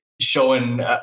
Showing